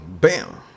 bam